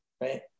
right